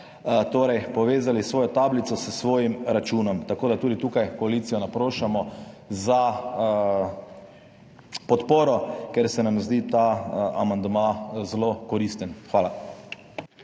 torej povezali svojo tablico s svojim računom. Tudi tukaj naprošamo koalicijo za podporo, ker se nam zdi ta amandma zelo koristen. Hvala.